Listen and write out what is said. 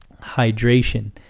hydration